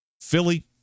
Philly